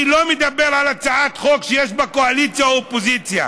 אני לא מדבר על הצעת חוק שיש בה קואליציה אופוזיציה,